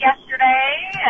yesterday